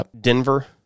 Denver